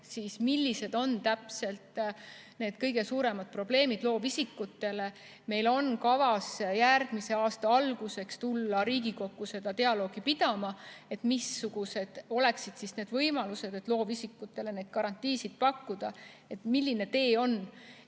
millised täpselt on need kõige suuremad probleemid loovisikutele. Meil on kavas järgmise aasta alguses tulla Riigikokku selle üle dialoogi pidama, missugused oleksid võimalused, et loovisikutele neid garantiisid pakkuda. Milline tee on